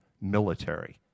military